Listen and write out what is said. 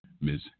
miss